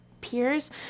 peers